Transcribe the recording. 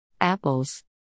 apples